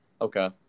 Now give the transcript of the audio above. Okay